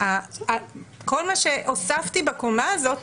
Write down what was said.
כל מה שהוספתי בקומה הזאת,